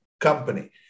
company